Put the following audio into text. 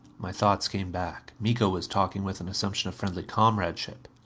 my thoughts came back. miko was talking with an assumption of friendly comradeship.